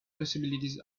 possibilities